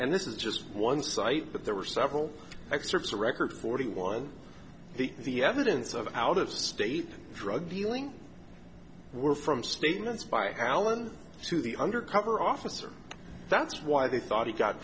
this is just one site that there were several excerpts a record forty one the the evidence of an out of state drug dealing were from statements by allen to the undercover officer that's why they thought he got